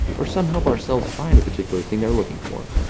or some help our cells find a particular thing they're looking for,